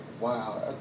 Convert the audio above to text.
wow